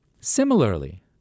Similarly